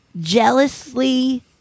jealously